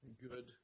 good